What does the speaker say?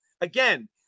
again